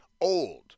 old